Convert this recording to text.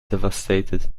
devastated